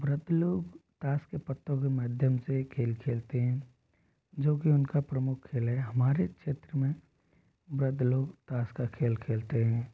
वृद्ध लोग ताश के पत्तों के माध्यम से खेल खेलते हैं जो कि उनका प्रमुख खेल है हमारे क्षेत्र में वृद्ध लोग ताश का खेल खेलते हैं